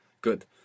Good